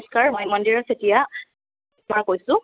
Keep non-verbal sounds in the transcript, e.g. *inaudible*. *unintelligible* মই মন্দিৰা চেতিয়া মই কৈছোঁ